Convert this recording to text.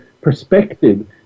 perspective